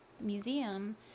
museum